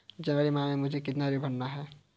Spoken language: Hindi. जनवरी माह में मुझे कितना ऋण भरना है?